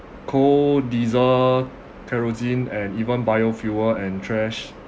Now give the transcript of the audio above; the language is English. coal diesel kerosene and even biofuel and trash